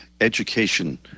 education